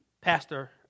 pastor